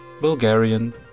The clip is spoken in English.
Bulgarian